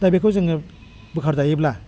दा बेखौ जोङो बोखार जायोब्ला